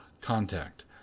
contact